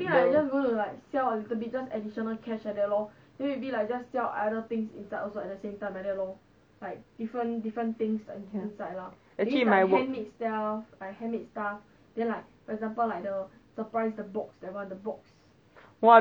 actually might work